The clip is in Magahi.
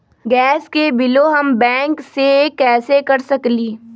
गैस के बिलों हम बैंक से कैसे कर सकली?